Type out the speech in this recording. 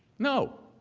no,